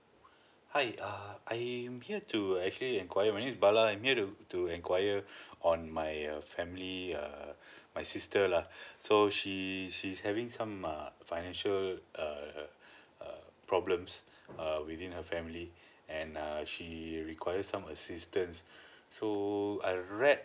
hi err I am here to actually enquiry my name is bala I need to to enquire on my uh family err my sister lah so she she's having some uh financial err err problems uh within her family and err she require some assistance so I read